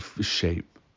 shape